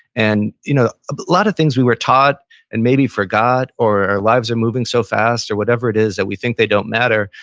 and you know a lot of things we were taught and maybe forgot or our lives are moving so fast or whatever it is that we think they don't matter,